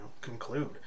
conclude